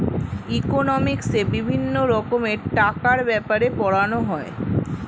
ইকোনমিক্সে বিভিন্ন রকমের টাকার ব্যাপারে পড়ানো হয়